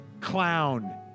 clown